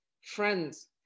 friends